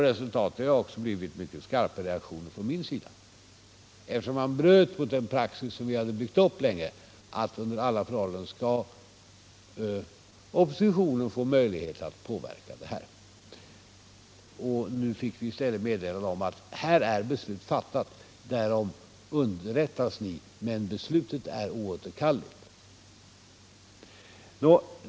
Resultatet har också blivit mycket skarpa reaktioner från min sida, eftersom man bröt mot den praxis som vi hade byggt upp sedan länge, att oppositionen under alla förhållanden skall få möjlighet att påverka sådana här beslut. Nu fick vi i stället ett meddelande: Här är beslutet fattat, därom underrättas ni, men beslutet är oåterkalleligt.